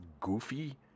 goofy